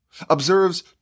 observes